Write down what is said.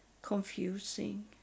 Confusing